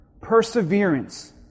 perseverance